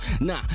Nah